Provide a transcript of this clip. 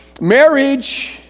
Marriage